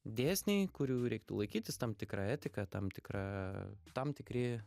dėsniai kurių reiktų laikytis tam tikra etika tam tikra tam tikri